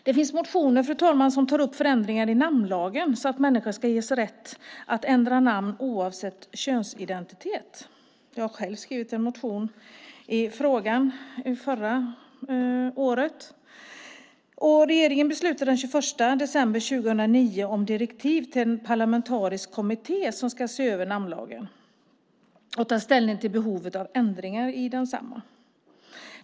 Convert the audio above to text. Det finns motioner som tar upp förändringar i namnlagen, så att människor ska ges rätt att ändra förnamn oavsett könsidentitet. Jag har själv skrivit en motion i denna fråga förra året. Regeringen beslutade den 21 december 2009 om direktiv till en parlamentarisk kommitté som ska se över namnlagen och ta ställning till behovet av ändringar i densamma.